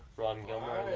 ron gilmore